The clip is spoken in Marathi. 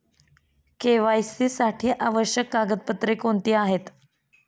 के.वाय.सी साठी आवश्यक कागदपत्रे कोणती आहेत?